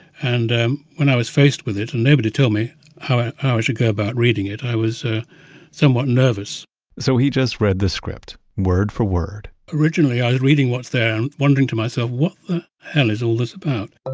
and um when i was faced with it and nobody told me how i should go about reading it, i was ah somewhat nervous so he just read the script, word for word originally i was reading what's there and wondering to myself, what the hell is all this about?